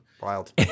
Wild